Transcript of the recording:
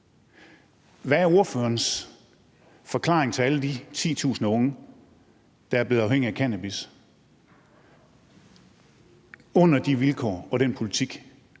Hvad er ordførerens forklaring til alle de titusinder af unge, der er blevet afhængige af cannabis under de vilkår og den politik,